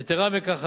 יתירה מכך,